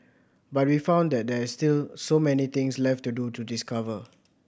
but we found that there is still so many things left to discover